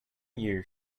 year